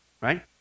right